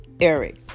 Eric